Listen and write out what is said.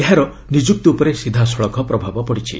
ଏହାର ନିଯୁକ୍ତି ଉପରେ ସିଧାସଳଖ ପ୍ରଭାବ ପଡ଼ିଛି